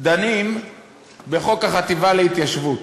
דנים בחוק החטיבה להתיישבות.